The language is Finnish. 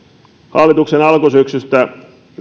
hallituksen alkusyksystä